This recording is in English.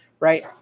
Right